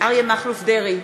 אריה מכלוף דרעי,